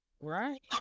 Right